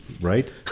right